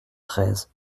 treize